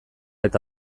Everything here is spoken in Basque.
eta